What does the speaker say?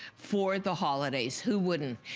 for the holidays. who wouldn't?